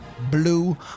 Blue